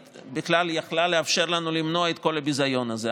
ויכלה לאפשר לנו למנוע את כל הביזיון הזה.